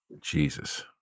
Jesus